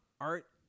art